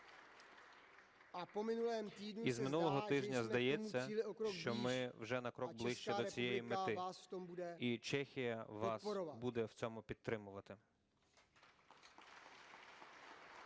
Із минулого тижня, здається, що ми вже на крок ближче до цієї мети, і Чехія вас буде в цьому підтримувати.